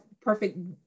perfect